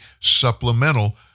supplemental